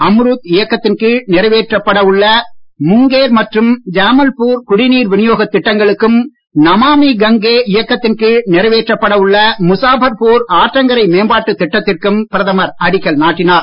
அம்ரூத் இயக்கத்தின் கீழ் நிறைவேற்றப்பட உள்ள முங்கேர் மற்றும் ஜாமல்பூர் குடிநீர் வினியோகத் திட்டங்களுக்கும் நமாமி கங்கே இயக்கத்தின் கீழ் நிறைவேற்றப்பட உள்ள முசாபர்பூர் ஆற்றங்கரை மேம்பாட்டுத் திட்டத்திற்கும் பிரதமர் அடிக்கல் நாட்டினார்